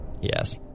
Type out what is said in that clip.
yes